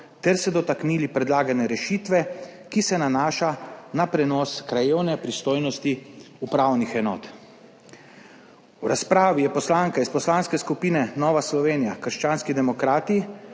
ter se dotaknili predlagane rešitve, ki se nanaša na prenos krajevne pristojnosti upravnih enot. V razpravi je poslanka iz Poslanske skupine Nova Slovenija - krščanski demokrati